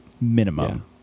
Minimum